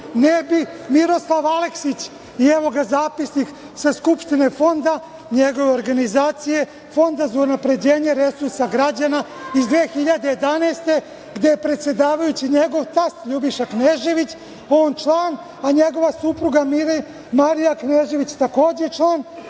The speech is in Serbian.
Ne bi Miroslav Aleksić i evo ga zapisnik sa Skupštine fonda, njegove organizacije Fonda za unapređenje građana iz 2011. godine, gde je predsedavajući njegov tast Ljubiša Knežević, on član, a njegova supruga Marija Knežević takođe član,